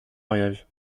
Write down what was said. mariage